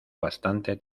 bastante